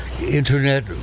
internet